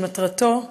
שמטרתו,